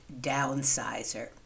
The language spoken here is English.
downsizer